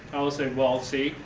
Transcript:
say well see,